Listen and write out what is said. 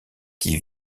qui